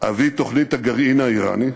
אבי תוכנית הגרעין האיראנית.